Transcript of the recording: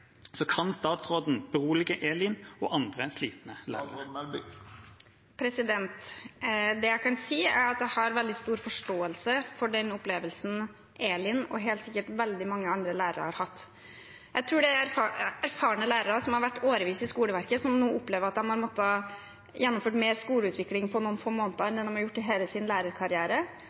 Kan statsråden berolige Elin og andre slitne lærere? Det jeg kan si, er at jeg har veldig stor forståelse for den opplevelsen Elin og helt sikkert veldig mange andre lærere har hatt. Jeg tror det er erfarne lærere, som har vært årevis i skoleverket, som nå opplever at de har måttet gjennomføre mer skoleutvikling på noen få måneder enn det de har gjort i hele sin lærerkarriere.